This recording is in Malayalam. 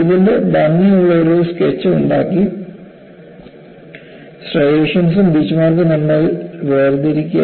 ഇതിന്റെ ഭംഗിയുള്ള ഒരു സ്കെച്ച് ഉണ്ടാക്കി സ്ട്രൈയേഷൻസും ബീച്ച്മാർക്കുകളും തമ്മിൽ വേർതിരിക്കുക